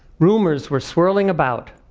rumors were swirling about,